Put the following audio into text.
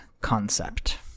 concept